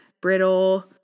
brittle